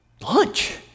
lunch